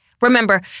Remember